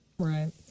Right